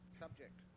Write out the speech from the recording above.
subject